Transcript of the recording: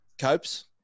Copes